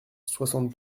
soixante